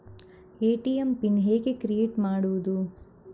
ATM PIN ಹೇಗೆ create ಮಾಡುವುದು?